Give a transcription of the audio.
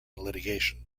litigation